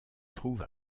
trouve